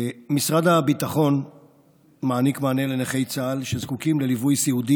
משרד הביטחון מעניק מענה לנכי צה"ל שזקוקים לליווי סיעודי